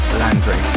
landry